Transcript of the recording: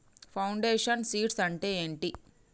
Foundation seeds అంటే ఏంటి?